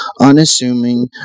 unassuming